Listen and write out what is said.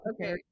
Okay